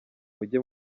mujye